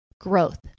growth